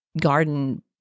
garden